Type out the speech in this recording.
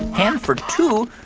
and for two,